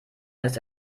ist